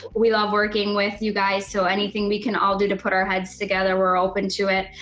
we love working with you guys, so anything we can all do to put our heads together we're open to it.